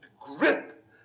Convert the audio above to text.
grip